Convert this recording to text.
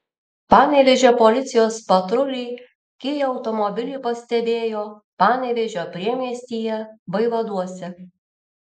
panevėžio policijos patruliai kia automobilį pastebėjo panevėžio priemiestyje vaivaduose